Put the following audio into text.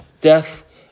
death